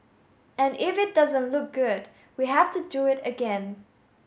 and if it doesn't look good we have to do it again